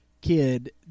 kid